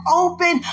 open